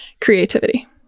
creativity